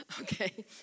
okay